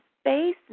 Space